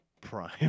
Prime